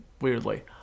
weirdly